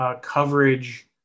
coverage